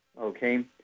okay